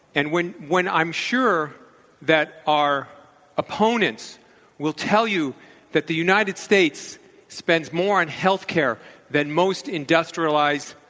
and when when i'm sure that our opponents will tell you that the united states spends more on healthcare than most industrialized